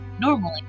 Normally